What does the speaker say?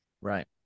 Right